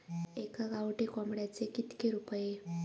एका गावठी कोंबड्याचे कितके रुपये?